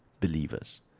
believers